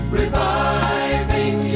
reviving